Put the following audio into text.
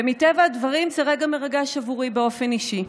ומטבע הדברים זה רגע מרגש עבורי באופן אישי.